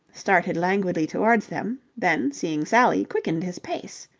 started languidly towards them, then, seeing sally, quickened his pace.